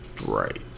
Right